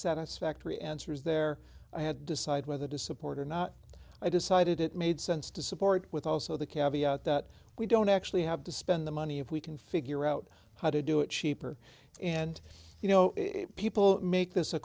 satisfactory answers there i had decided whether to support or not i decided it made sense to support with also the cabby out that we don't actually have to spend the money if we can figure out how to do it cheaper and you know people make this a